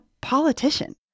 politician